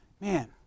man